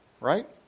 right